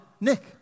Nick